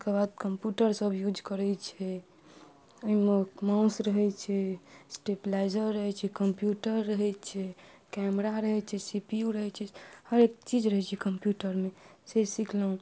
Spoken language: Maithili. ओकर बाद कम्प्यूटर सब यूज करै छै ओहिमे माउस रहै छै स्टेपलाइजर रहै छै कम्प्यूटर रहै छै कैमरा रहै छै सीपीयू रहै छै हरेक चीज रहै छै कम्प्यूटरमे से सिखलहुॅं